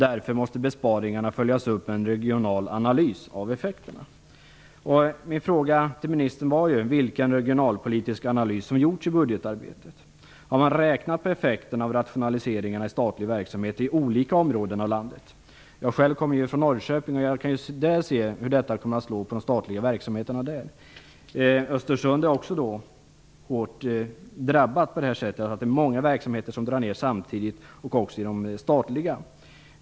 Därför måste besparingarna följas upp med en regional analys av effekterna. Min fråga till ministern var vilken regionalpolitisk analys som gjorts i budgetarbetet. Har man räknat på effekterna av rationaliseringarna i statlig verksamhet i olika områden av landet? Jag själv kommer från Norrköping, och jag kan se hur detta kommer att slå på de statliga verksamheterna där. Östersund är också hårt drabbat på detta sätt. Många verksamheter drar ned samtidigt - också statliga.